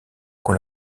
qu’on